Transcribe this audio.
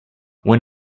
when